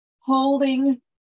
holding